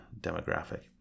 demographic